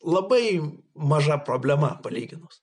labai maža problema palyginus